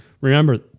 remember